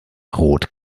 rot